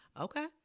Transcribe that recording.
Okay